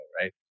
right